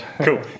Cool